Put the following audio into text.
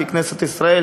ככנסת ישראל,